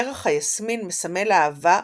פרח היסמין מסמל אהבה ופוריות.